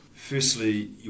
Firstly